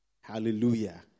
Hallelujah